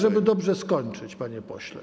Tak żeby dobrze skończyć, panie pośle.